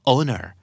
Owner